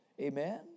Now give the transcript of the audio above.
Amen